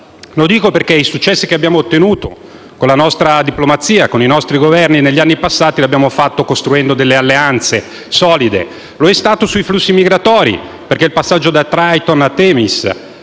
Lo dico perché i successi che abbiamo ottenuto con la nostra diplomazia e con i nostri Governi negli anni passati li abbiamo raggiunti costruendo delle alleanze solide. È stato così sui flussi migratori, con il passaggio da Triton a Themis,